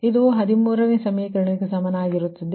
ಇದು 13 ಸಮೀಕರಣಕ್ಕೆ ಸಮನಾಗಿರುತ್ತದೆ